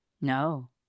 no